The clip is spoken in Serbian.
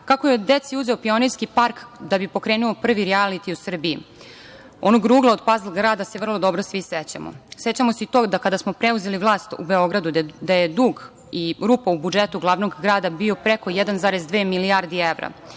kako je deci uzeo Pionirski park da bi pokrenuo prvi rijaliti u Srbiji. Onog rugla od Pazl grada se vrlo dobro svi sećamo. Sećamo se da kada smo preuzeli vlast u Beogradu da je dug i rupa u budžetu glavnog grada bila preko 1,2 milijarde evra